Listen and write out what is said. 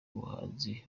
muhanzi